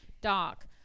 Doc